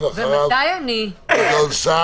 אחריו גדעון סער,